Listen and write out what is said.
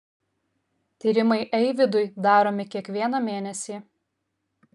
tyrimai eivydui daromi kiekvieną mėnesį